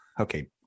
Okay